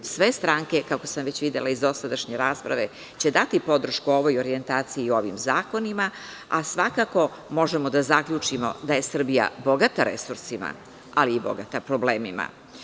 Sve stranke, kako sam videla iz dosadašnje rasprave, će dati podršku ovoj orijentaciji i ovim zakonima, a svakako možemo da zaključimo da je Srbija bogata resursima, ali je bogata i problemima.